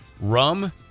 Rum